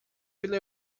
pela